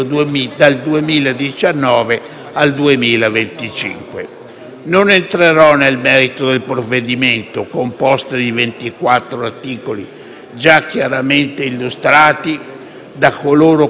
Non entrerò nel merito del provvedimento, composto di 24 articoli, già chiaramente illustrati da coloro che mi hanno preceduto. Rammento solo che le disposizioni,